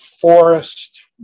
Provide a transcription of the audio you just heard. forest